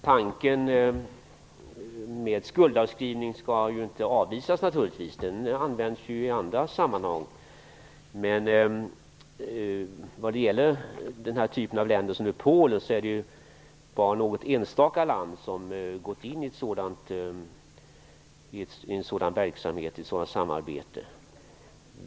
Herr talman! Skuldavskrivning skall naturligtvis inte avvisas. Den används i andra sammanhang. Men det är bara något enstaka land som Polen som gått in i ett sådant samarbete.